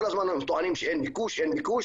כל הזמן טוענים שאין ביקוש ואין ביקוש,